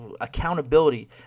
accountability